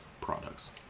products